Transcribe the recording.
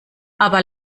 aber